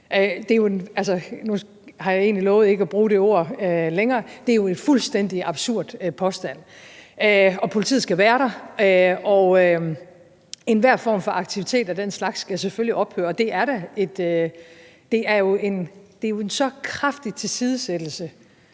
der er corona? Nu har jeg egentlig lovet ikke at bruge det ord længere, men det er jo en fuldstændig absurd påstand. Politiet skal være der, og enhver form for aktivitet af den slags skal selvfølgelig ophøre. Det, vi så – hvis det er det eksempel,